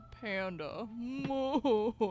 panda